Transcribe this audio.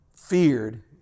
feared